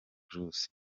bruce